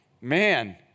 man